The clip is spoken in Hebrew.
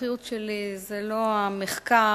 המומחיות שלי היא לא המחקר